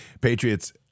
Patriots